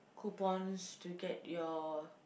coupons to get your